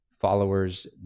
followers